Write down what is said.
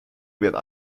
werden